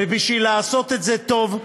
ובשביל לעשות את זה טוב,